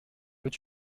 peux